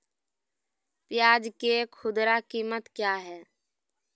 प्याज के खुदरा कीमत क्या है?